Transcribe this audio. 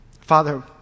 Father